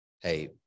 Hey